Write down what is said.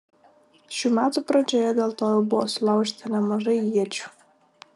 šių metų pradžioje dėl to jau buvo sulaužyta nemažai iečių